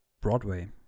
Broadway